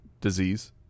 disease